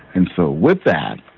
and so with that,